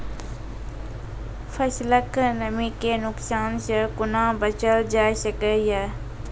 फसलक नमी के नुकसान सॅ कुना बचैल जाय सकै ये?